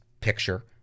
Picture